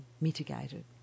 mitigated